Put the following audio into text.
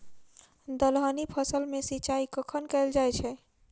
दलहनी फसल मे सिंचाई कखन कैल जाय छै?